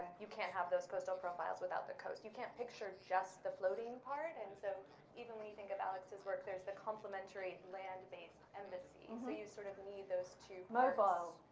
you can't have those coastal profiles without the coast. you can't picture just the floating part. and so even when you think of alex's work, there's the complimentary land based embassy. and so, you sort of need those two mobile?